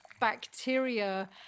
bacteria